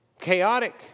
Chaotic